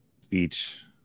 speech